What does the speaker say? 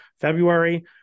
February